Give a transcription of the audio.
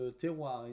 terroir